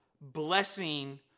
blessing